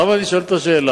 למה אני שואל את השאלה?